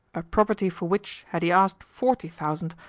a property for which, had he asked forty thousand,